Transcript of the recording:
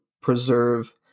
preserve